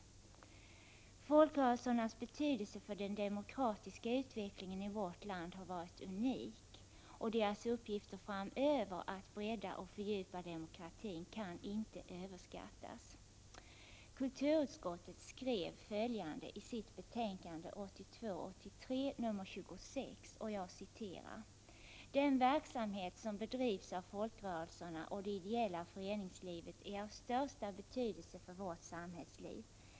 27 Folkrörelserna har haft en unik betydelse för den demokratiska utveck 26 november 1987 lingen i vårt land. Deras uppgifter framöver när det gäller att bredda och fördjupa demokratin kan inte överskattas. ”Den verksamhet som bedrivs av folkrörelserna och det ideella föreningslivet är av största betydelse för vårt samhällsliv.